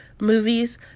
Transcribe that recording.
movies